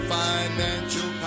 financial